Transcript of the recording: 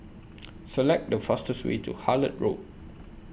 Select The fastest Way to Hullet Road